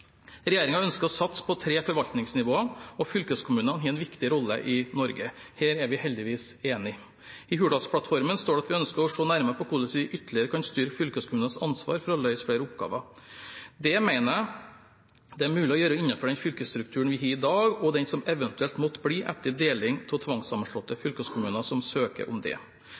ønsker å satse på tre forvaltningsnivåer, og fylkeskommunene har en viktig rolle i Norge. Her er vi heldigvis enige. I Hurdalsplattformen står det at vi ønsker å se nærmere på hvordan vi ytterligere kan styrke fylkeskommunenes ansvar for å løse flere oppgaver. Det mener jeg er mulig å gjøre innenfor den fylkesstrukturen vi har i dag, og den som eventuelt måtte bli etter deling av tvangssammenslåtte fylkeskommuner som søker om dette. Når det